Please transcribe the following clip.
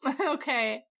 okay